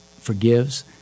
forgives